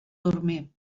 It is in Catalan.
dormir